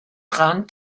rand